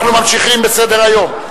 אנחנו ממשיכים בסדר-היום,